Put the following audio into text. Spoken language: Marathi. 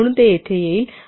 आणि मग शेवटी 81 मिळतील